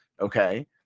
okay